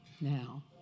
now